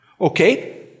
Okay